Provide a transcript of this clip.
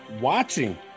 watching